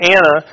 Anna